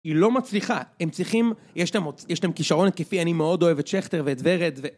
היא לא מצליחה, הם צריכים, יש להם כישרון התקפי, אני מאוד אוהב את שכטר ואת ורד